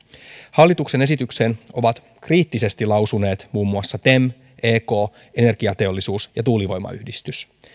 hallituksen esityksestä ovat kriittisesti lausuneet muun muassa tem ek energiateollisuus ja tuulivoimayhdistys